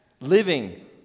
living